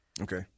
Okay